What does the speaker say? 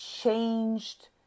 changed